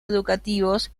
educativos